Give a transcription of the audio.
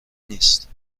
نیست